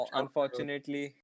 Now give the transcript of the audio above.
unfortunately